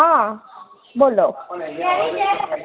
હ બોલો